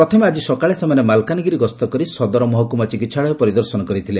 ପ୍ରଥମେ ଆଜି ସକାଳେ ସେମାନେ ମାଲକାନଗିରି ଗସ୍ତ କରି ସଦର ମହକୁମା ଚିକିହାଳୟ ପରିଦର୍ଶନ କରିଥିଲେ